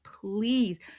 please